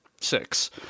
Six